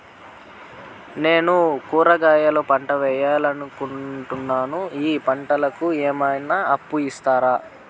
నేను కూరగాయల పంటలు వేయాలనుకుంటున్నాను, ఈ పంటలకు ఏమన్నా అప్పు ఇస్తారా?